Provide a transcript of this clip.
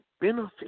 benefit